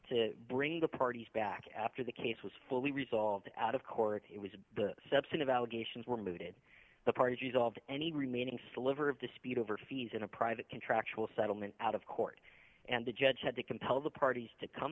to bring the parties back after the case was fully resolved out of court it was the substantive allegations were mooted the parties all any remaining sliver of dispute over fees in a private contractual settlement out of court and the judge had to compel the parties to come